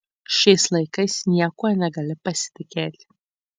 šiais laikais niekuo negali pasitikėti